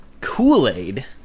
Kool-Aid